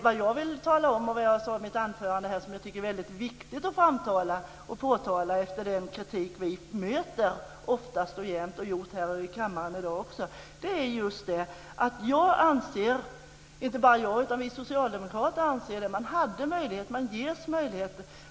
Som jag sade i mitt anförande tycker jag efter den kritik vi ofta möter - det har vi gjort här i kammaren i dag också - att det är väldigt viktigt att påtala just att vi socialdemokrater anser att man hade möjlighet. Man ges möjlighet.